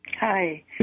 Hi